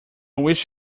wish